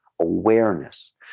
awareness